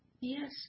Yes